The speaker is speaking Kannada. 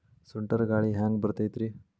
ಸುಂಟರ್ ಗಾಳಿ ಹ್ಯಾಂಗ್ ಬರ್ತೈತ್ರಿ?